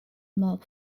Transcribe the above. marc